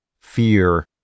fear